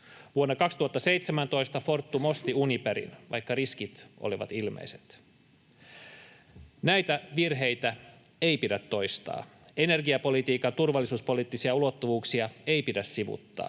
Vuonna 2017 Fortum osti Uniperin, vaikka riskit olivat ilmeiset. Näitä virheitä ei pidä toistaa. Energiapolitiikan turvallisuuspoliittisia ulottuvuuksia ei pidä sivuuttaa,